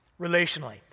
relationally